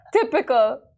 Typical